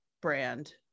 brand